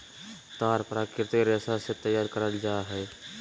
तार प्राकृतिक रेशा से तैयार करल जा हइ